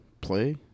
play